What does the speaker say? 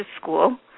school